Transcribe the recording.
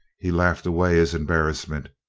he laughed away his embarrassment.